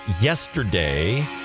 yesterday